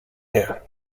nie